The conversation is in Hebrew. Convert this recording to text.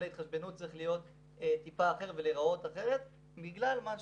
ההתחשבנות צריך אולי להיות טיפה אחר ולהיראות אחרת בגלל מה שפרופ'